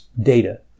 data